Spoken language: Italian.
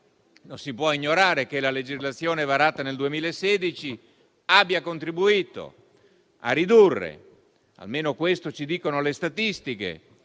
non si può ignorare che la legislazione varata nel 2016 abbia contributo a ridurre - almeno, questo ci dicono le statistiche